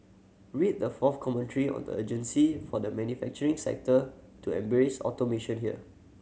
read the fourth commentary on the urgency for the manufacturing sector to embrace automation here